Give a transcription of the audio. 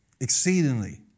Exceedingly